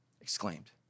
exclaimed